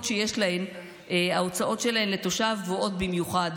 שיש להן ההוצאות שלהן לתושב גבוהות במיוחד,